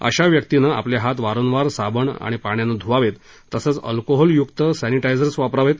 अशा व्यक्तीनं आपले हात वारंवार साबण आणि पाण्यानं धूवावेत तसचं अल्कोहोल य्क्त सॅनिशायझर वापरावेत